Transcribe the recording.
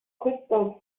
crystal